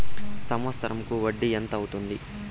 సంవత్సరం కు వడ్డీ ఎంత అవుతుంది?